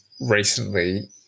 recently